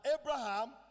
Abraham